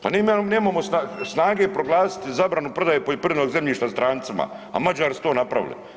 Pa mi nemamo snage proglasiti zabranu prodaje poljoprivrednog zemljišta strancima a Mađari su to napravili.